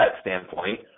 standpoint